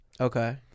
Okay